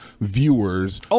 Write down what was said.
viewers